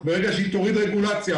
ברגע שהיא תוריד רגולציה,